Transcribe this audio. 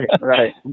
right